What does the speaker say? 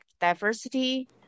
diversity